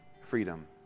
freedom